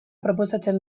proposatzen